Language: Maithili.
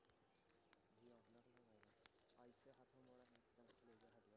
धान रोपे वाला कोन मशीन अच्छा होय छे?